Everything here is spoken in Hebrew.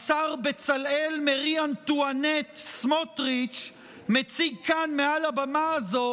השר בצלאל מארי אנטואנט סמוטריץ' מציג כאן מעל הבמה הזו